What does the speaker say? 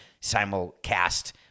simulcast